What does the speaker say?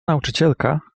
nauczycielka